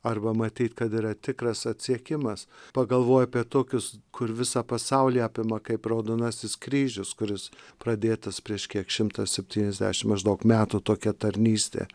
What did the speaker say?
arba matyt kad yra tikras atsiekimas pagalvoj apie tokius kur visą pasaulį apima kaip raudonasis kryžius kuris pradėtas prieš kiek šimtas septyniasdešim maždaug metų tokia tarnystė